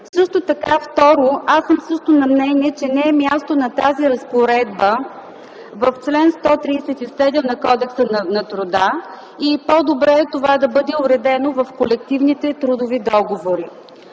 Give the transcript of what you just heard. текстовете. Второ, аз съм на мнение, че не е място на тази разпоредба в чл. 137 от Кодекса на труда и е по-добре това да бъде уредено в колективните трудови договори.